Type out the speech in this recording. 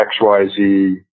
XYZ